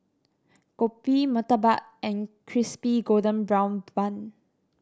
kopi murtabak and Crispy Golden Brown Bun